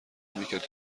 میکرد